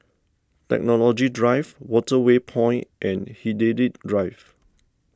Technology Drive Waterway Point and Hindhede Drive